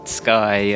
sky